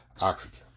oxygen